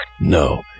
No